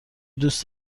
دوست